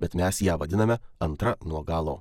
bet mes ją vadiname antra nuo galo